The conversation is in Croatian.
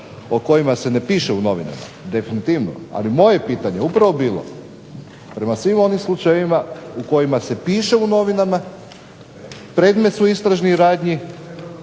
o kojima se ne piše u novinama definitivno, ali moje pitanje je upravo bilo prema svim onim slučajevima o kojima se piše u novinama, predmet su istražnih radnji,